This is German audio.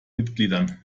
mitgliedern